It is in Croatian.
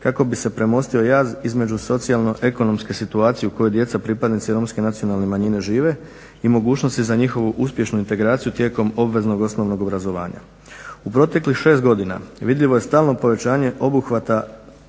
kako bi se premostio jaz između socijalno-ekonomske situacije u kojoj djeca pripadnici romske nacionalne manjine žive i mogućnosti za njihovu uspješnu integraciju tijekom obveznog osnovnog obrazovanja. U proteklih 6 godina vidljivo je stalno povećanje obuhvata